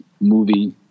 movie